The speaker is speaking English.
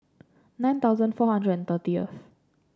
nine thousand four hundred and thirtieth